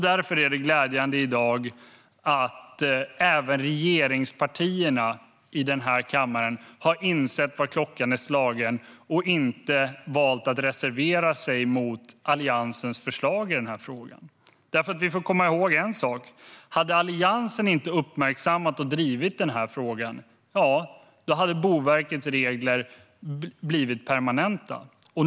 Därför är det glädjande att även regeringspartierna i den här kammaren har insett vad klockan är slagen och att de inte har valt att reservera sig mot Alliansens förslag i frågan. Vi ska komma ihåg att om Alliansen inte hade uppmärksammat och drivit den här frågan hade Boverkets regler blivit permanenta.